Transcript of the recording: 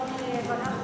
אדוני היושב-ראש,